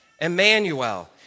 Emmanuel